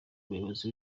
umuyobozi